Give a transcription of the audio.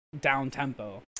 down-tempo